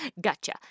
Gotcha